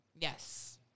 Yes